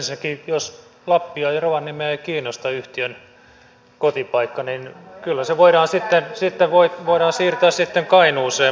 ensinnäkin jos lappia ja rovaniemeä ei kiinnosta yhtiön kotipaikka niin kyllä se voidaan siirtää sitten kainuuseen